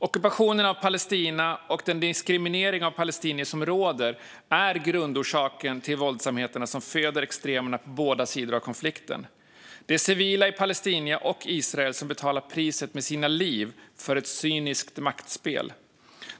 Ockupationen av Palestina och den diskriminering av palestinier som råder är grundorsaken till våldsamheterna som föder extremerna på båda sidor av konflikten. Det är civila i Palestina och Israel som betalar priset med sina liv för ett cyniskt maktspel.